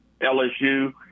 LSU